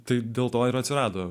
tai dėl to ir atsirado